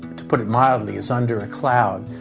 to put it mildly, is under a cloud.